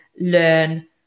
learn